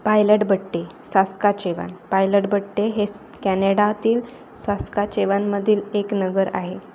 pilot Butte Saskatchewan Pilot Butte हे कॅनेडातील सास्काचेवानमधील एक नगर आहे